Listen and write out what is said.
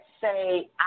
say